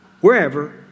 wherever